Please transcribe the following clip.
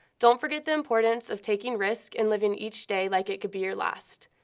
don't forget the importance of taking risks and living each day like it could be your last.